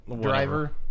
driver